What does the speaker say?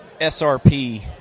SRP